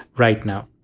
right now.